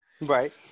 right